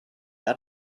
out